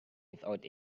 without